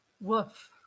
Woof